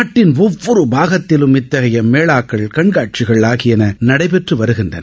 நாட்டின் ஒவ்வொரு பாகத்திலும் இத்தகைய மேளாக்கள் கண்காட்சிகள் நடைபெற்ற வருகின்றன